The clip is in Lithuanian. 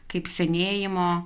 kaip senėjimo